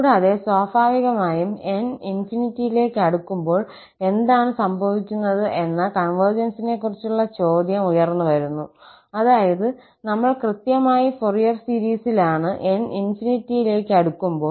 കൂടാതെ സ്വാഭാവികമായും 𝑛 യിലേക്ക് അടുക്കുമ്പോൾ എന്താണ് സംഭവിക്കുന്നത് എന്ന കൺവെർജൻസിനെക്കുറിച്ചുള്ള ചോദ്യം ഉയർന്നുവരുന്നു അതായത് നമ്മൾ കൃത്യമായി ഫൊറിയർ സീരീസിലാണ് 𝑛 യിലേക്ക് അടുക്കുമ്പോൾ